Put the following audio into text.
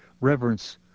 reverence